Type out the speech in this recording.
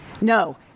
No